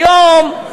היום,